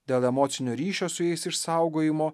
dėl emocinio ryšio su jais išsaugojimo